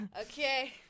Okay